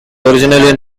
originally